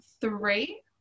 three